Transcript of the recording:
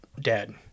dead